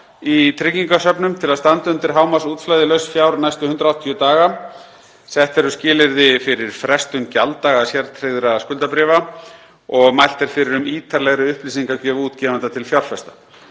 í tryggingasöfnum til að standa undir hámarksútflæði lauss fjár næstu 180 daga, sett eru skilyrði fyrir frestun gjalddaga sértryggðra skuldabréfa og mælt er fyrir um ítarlegri upplýsingagjöf útgefenda til fjárfesta.